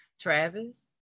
Travis